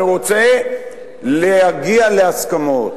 אני רוצה להגיע להסכמות.